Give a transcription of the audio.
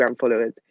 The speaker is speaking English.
followers